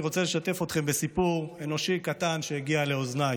אני רוצה לשתף אתכם בסיפור אנושי קטן שהגיע לאוזניי.